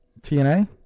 tna